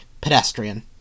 Pedestrian